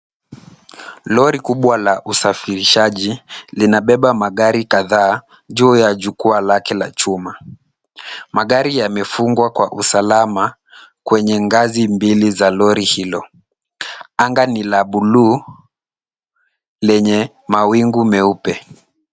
Lori kubwa la usafirishaji, linabeba magari kadhaa juu ya jukwaa lake la chuma. Magari yamefungwa kwa usalama kwenye ngazi mbili za lori hilo. Anga ni la buluu lenye mawingu meupe.